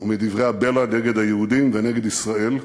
ומדברי הבלע נגד היהודים ונגד ישראל.